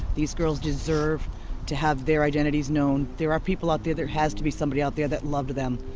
these girls deserve to have their identities known. there are people out there, there has to be somebody out there that loved them.